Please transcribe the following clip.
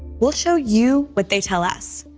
we'll show you what they tell us.